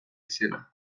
izena